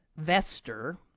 Vester